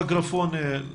ג'אבר, המיקרופון סגור אצלך,